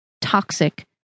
Toxic